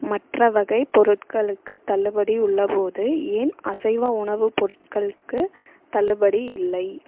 மற்ற வகைப் பொருட்களுக்குத் தள்ளுபடி உள்ளபோது ஏன் அசைவ உணவுப் பொருட்களுக்குத் தள்ளுபடி இல்லை